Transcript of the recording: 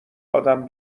آدم